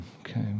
okay